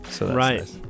Right